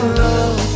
love